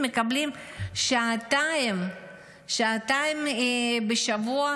מקבלים שעתיים בשבוע